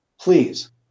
please